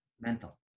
Mental